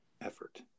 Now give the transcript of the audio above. effort